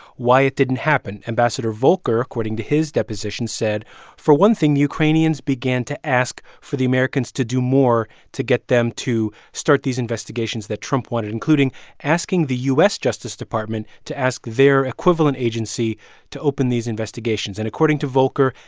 why it didn't happen. ambassador volker, according to his deposition, said for one thing, the ukrainians began to ask for the americans to do more to get them to start these investigations that trump wanted, including asking the u s. justice department to ask their equivalent agency to open these investigations. and according to volker,